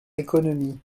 économie